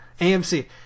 AMC